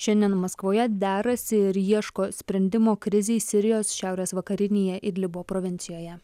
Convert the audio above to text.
šiandien maskvoje derasi ir ieško sprendimo krizei sirijos šiaurės vakarinėje idlibo provincijoje